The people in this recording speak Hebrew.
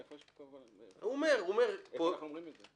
איפה הוא אומר את זה?